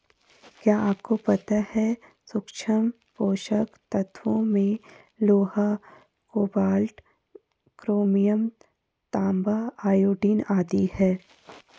क्या आपको पता है सूक्ष्म पोषक तत्वों में लोहा, कोबाल्ट, क्रोमियम, तांबा, आयोडीन आदि है?